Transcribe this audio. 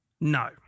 No